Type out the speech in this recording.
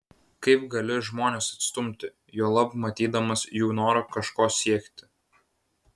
kaip gali žmones atstumti juolab matydamas jų norą kažko siekti